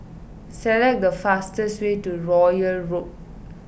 select the fastest way to Royal Road